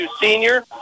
senior